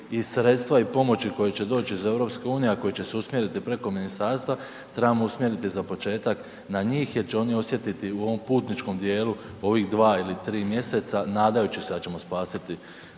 i sredstva i pomoći koji će doći iz EU, a koji će se usmjeriti preko ministarstva, trebamo usmjeriti za početak na njih jer će oni osjetiti na ovom putničkom dijelu ovih 2 ili 3 mjeseca nadajući da ćemo spasiti